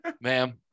ma'am